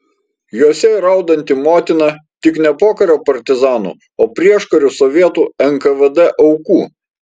jose ir raudanti motina tik ne pokario partizanų o prieškariu sovietų nkvd aukų